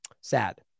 Sad